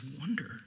wonder